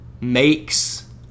makes